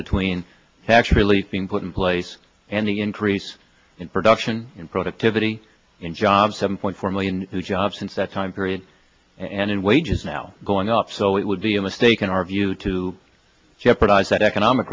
between tax relief being put in place and the increase in production productivity and job seven point four million new jobs since that time period and wages now going up so it would be a mistake in our view to jeopardize that economic